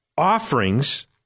Offerings